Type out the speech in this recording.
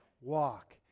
walk